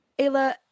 Ayla